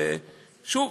שוב,